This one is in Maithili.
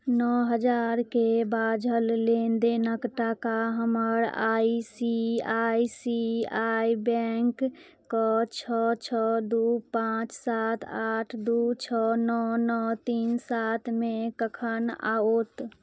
नओ हजारके बाझल लेनदेनक टाका हमर I C I C I bank के छओ छओ दुइ पाँच सात आठ दुइ छओ नओ नओ तीन सातमे कखन आओत